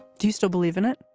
do you still believe in it?